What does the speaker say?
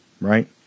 right